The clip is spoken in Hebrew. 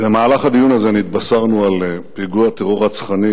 במהלך הדיון הזה נתבשרנו על פיגוע טרור רצחני